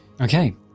Okay